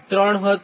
3 હતું